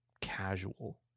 casual